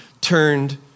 turned